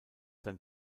sein